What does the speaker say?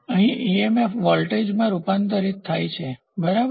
અહીં ઇએમએફ વોલ્ટેજમાં રૂપાંતરિત થાય છે બરાબર